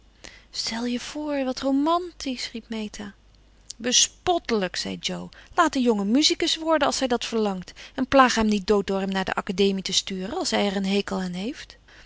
stel je voor wat romantisch riep meta bespottelijk zei jo laat den jongen musicus worden als hij dat verlangt en plaag hem niet dood door hem naar de academie te sturen als hij er een hekel aan heeft